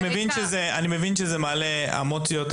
אני מבין שזה מעלה אמוציות.